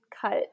cut